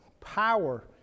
power